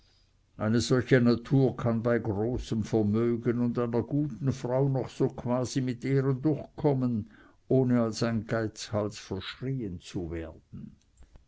eine solche natur kann bei großem vermögen und einer guten frau noch so quasi mit ehren durchkommen ohne als ein geizhals verschrieen zu werden